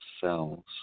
cells